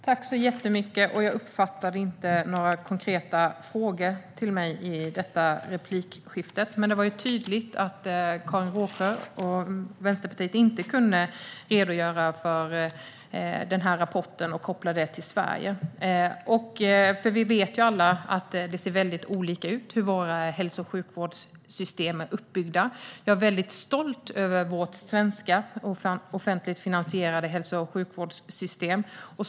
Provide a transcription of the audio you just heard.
Fru talman! Jag uppfattade inte några konkreta frågor till mig i denna replik, men det var tydligt att Karin Rågsjö och Vänsterpartiet inte kunde redogöra för den här rapporten eller koppla den till Sverige. Vi vet ju alla att det ser väldigt olika ut hur våra hälso och sjukvårdssystem är uppbyggda. Jag är väldigt stolt över vårt offentligt finansierade sjukvårdssystem.